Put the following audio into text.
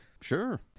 Sure